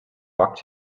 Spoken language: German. backt